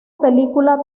película